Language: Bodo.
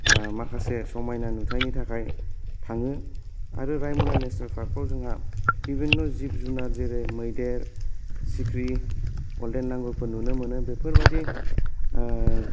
माखासे समायना नुथायनि थाखाय थांयो आरो रायमनानि नेसनाल फार्कखौ जोंहा बिबिनन' जिब जुनार जेरै मैदेर सिख्रि गल्देन लांगुरफोर नुनो मोनो बेफोरबायदि